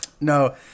no